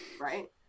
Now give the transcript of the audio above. right